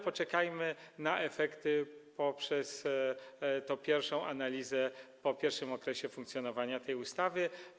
Poczekajmy na efekty, tę pierwszą analizę po pierwszym okresie funkcjonowania tej ustawy.